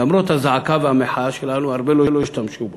למרות הזעקה והמחאה שלנו הרבה לא השתמשו בו,